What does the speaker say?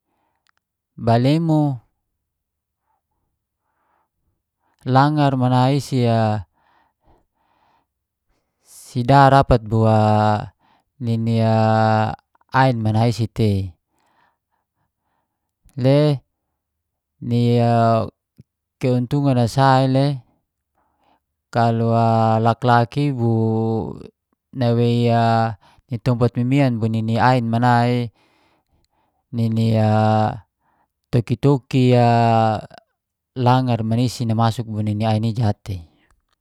Balemo langar mana isi a, si da rapat bua nini ain mana isi tei. Le ni e keuntungan a sa ile kalau a laklak i bu nawei a ni tompat mimian bo nini ain mana i nini toki-toki a, langar mana isi namasuk bo nini ain jatei.